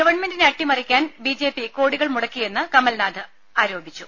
ഗവൺമെന്റിനെ അട്ടിമറിയ്ക്കാൻ B J P കോടികൾ മുടക്കിയെന്ന് കമൽനാഥ് ആരോപിച്ചു